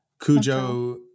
Cujo